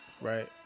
Right